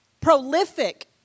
prolific